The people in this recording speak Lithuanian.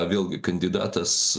vėlgi kandidatas